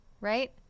Right